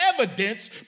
evidence